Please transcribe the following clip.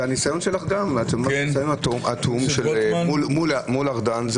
את אומרת ניסיון אטום מול ארדן.